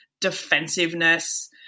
defensiveness